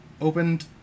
opened